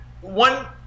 One